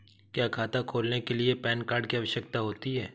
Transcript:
क्या खाता खोलने के लिए पैन कार्ड की आवश्यकता होती है?